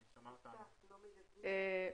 שאולי הדברים שאציין פה מחברים אולי לדיון נוסף